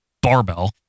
barbell